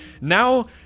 now